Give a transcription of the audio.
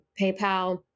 PayPal